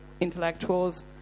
intellectuals